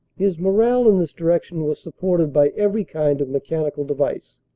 his morale in this direction was supported by every kind of mechanical device,